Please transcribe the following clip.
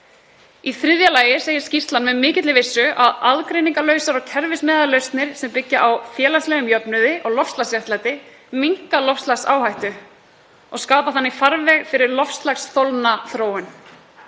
Í þriðja lagi segir skýrslan með mikilli vissu að aðgreiningarlausar og kerfismiðaðar lausnir sem byggja á félagslegum jöfnuði og loftslagsréttlæti minnka loftslagsáhættu og skapa þannig farveg fyrir loftslagsþolna þróun.